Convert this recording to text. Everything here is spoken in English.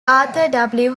arthur